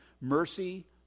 Mercy